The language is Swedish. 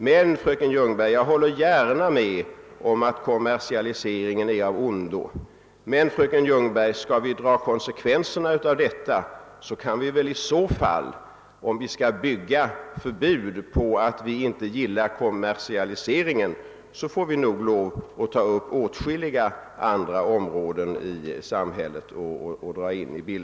Men, fröken Ljungberg, jag håller gärna med om att kommersialiseringen är av ondo, och skall vi, fröken Ljungberg, dra konsekvenserna därav, måste vi väl också, om vi skall bygga ett förbud på att vi inte gillar kommersialiseringen, ta upp åtskilliga andra områden i samhället i detta sammanhang.